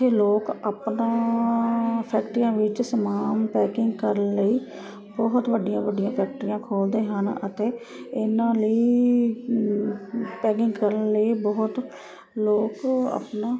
ਇਹ ਲੋਕ ਆਪਣਾ ਫੈਕਟਰੀਆਂ ਵਿੱਚ ਸਮਾਨ ਪੈਕਿੰਗ ਕਰਨ ਲਈ ਬਹੁਤ ਵੱਡੀਆਂ ਵੱਡੀਆਂ ਫੈਕਟਰੀਆਂ ਖੋਲ੍ਹਦੇ ਹਨ ਅਤੇ ਇਹਨਾਂ ਲਈ ਪੈਕਿੰਗ ਕਰਨ ਲਈ ਬਹੁਤ ਲੋਕ ਆਪਣਾ